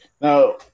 Now